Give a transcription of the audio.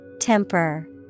Temper